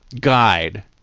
guide